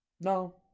No